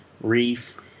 Reef